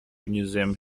museum